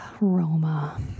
Roma